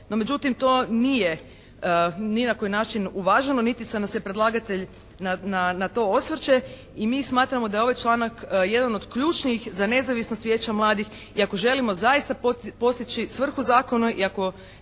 međutim to nije ni na koji način uvaženo niti se nam se predlagatelj na to osvrće. I mi smatramo da je ovaj članak jedan od ključnih za nezavisnost Vijeća mladih. I ako želimo zaista postići svrhi zakona i ako